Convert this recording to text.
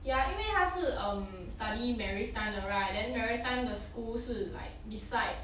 ya 因为它是 um study maritime 的 right then maritime 的 school 是 like beside